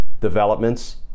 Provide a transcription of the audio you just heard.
developments